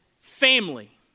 family